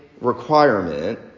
requirement